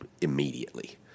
immediately